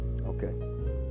Okay